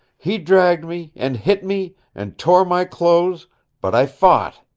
he dragged me, and hit me, and tore my clothes but i fought.